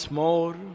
more